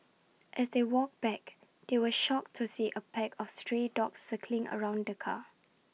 as they walked back they were shocked to see A pack of stray dogs circling around the car